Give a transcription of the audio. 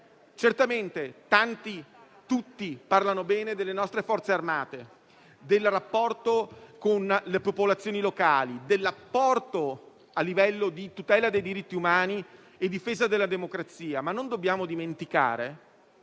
certamente tutti parlano bene delle nostre Forze armate, del rapporto con le popolazioni locali, dell'apporto a livello di tutela dei diritti umani e difesa della democrazia, ma non dobbiamo dimenticare